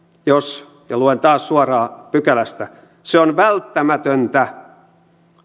ja luen taas suoraan pykälästä jos se on välttämätöntä